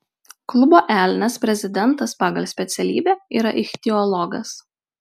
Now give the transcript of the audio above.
klubo elnias prezidentas pagal specialybę yra ichtiologas